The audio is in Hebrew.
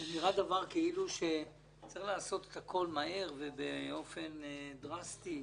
נראה שכאילו צריך לעשות את הכול מהר ובאופן דרסטי.